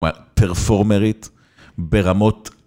מה, פרפורמרית, ברמות...